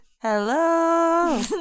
Hello